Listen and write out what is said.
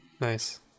Nice